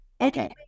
Okay